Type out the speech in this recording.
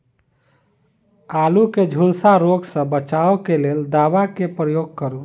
आलु केँ झुलसा रोग सऽ बचाब केँ लेल केँ दवा केँ प्रयोग करू?